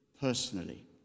Personally